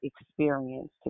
experience